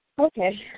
Okay